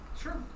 Sure